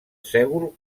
sègol